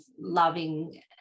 loving